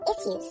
issues